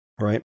Right